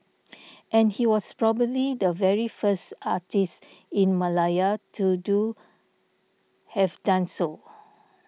and he was probably the very first artist in Malaya to do have done so